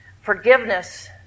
forgiveness